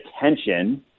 attention